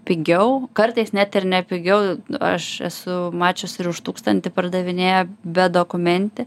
pigiau kartais net ir ne pigiau aš esu mačius ir už tūkstantį pardavinėja bedokumentį